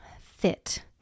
fit